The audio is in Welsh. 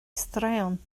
straeon